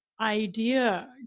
idea